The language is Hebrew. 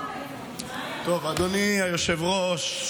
אדוני היושב-ראש,